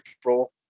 April